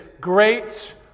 great